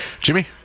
Jimmy